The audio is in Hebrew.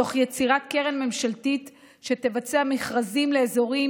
תוך יצירת קרן ממשלתית שתבצע מכרזים לאזורים